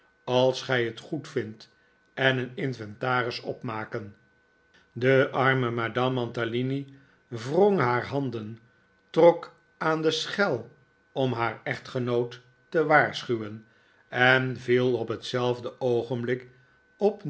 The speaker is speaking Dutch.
als gij het goedvindt en een inventaris opmaken de arme madame mantalini wrong haar handen trok aan de schel om haar echtgenoot te waarschuwen en viel op hetzelfde oogenblik op